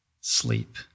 Sleep